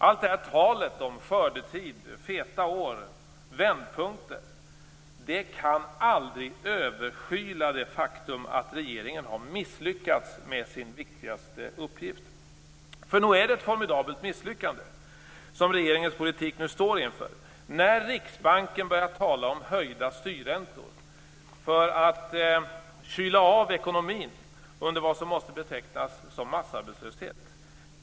Allt tal om skördetid, feta år och vändpunkter kan aldrig överskyla det faktum att regeringen har misslyckats med sin viktigaste uppgift. För nog är det ett formidabelt misslyckande som regeringens politik nu står inför när Riksbanken börjar tala om höjda styrräntor för att kyla av ekonomin när det råder något som måste betecknas som massarbetslöshet.